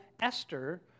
Esther